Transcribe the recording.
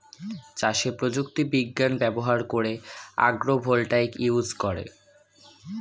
চাষে প্রযুক্তি বিজ্ঞান ব্যবহার করে আগ্রো ভোল্টাইক ইউজ করে